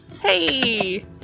Hey